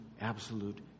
absolute